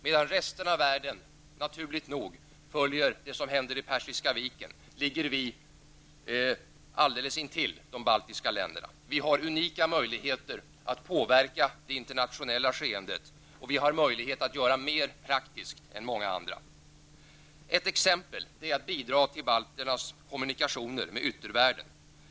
Medan resten av världen, naturligt nog, följer det som händer i Persiska Viken ligger vårt land alldeles intill de baltiska länderna, och vi har unika möjligheter att påverka det internationella skeendet. Vi har möjlighet att praktiskt göra mer än många andra. Ett exempel är ett bidrag till balternas kommunikationer med yttervärlden.